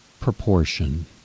proportion